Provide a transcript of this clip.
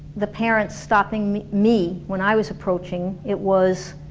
the parents stopping me when i was approaching, it was